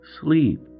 sleep